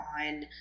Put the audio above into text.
on